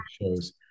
shows